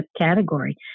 category